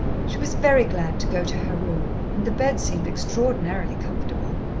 she was very glad to go to her room, and the bed seemed extraordinarily comfortable.